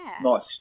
Nice